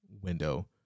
window